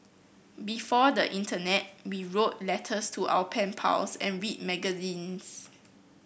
before the Internet we wrote letters to our pen pals and read magazines